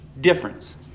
difference